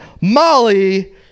Molly